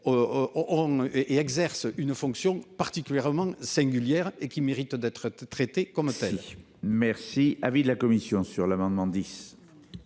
on et exerce une fonction particulièrement singulière et qui mérite d'être traités comme telle.